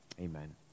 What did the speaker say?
amen